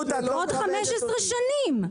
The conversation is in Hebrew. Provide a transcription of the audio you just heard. עוד 15 שנים.